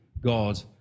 God